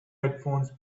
headphones